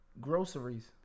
Groceries